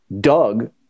Doug